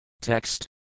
Text